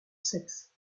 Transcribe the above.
sexe